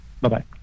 Bye-bye